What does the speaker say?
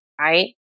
right